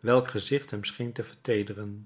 welk gezicht hem scheen te